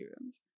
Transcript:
rooms